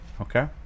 okay